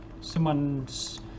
Someone's